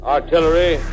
Artillery